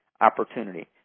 opportunity